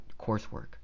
coursework